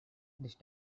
these